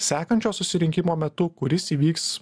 sekančio susirinkimo metu kuris įvyks